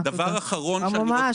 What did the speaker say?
לסיום,